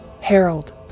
Harold